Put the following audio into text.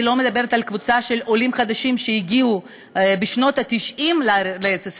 אני לא מדברת על קבוצה של עולים חדשים שהגיעו בשנות ה-90 לארץ-ישראל,